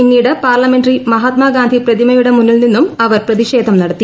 പിന്നീട് പാർലമെന്ററിലെ മഹാത്മാഗാന്ധി പ്രതിമയുടെ മുന്നിൽ നിന്നും അവർ പ്രതിഷേധം നടത്തി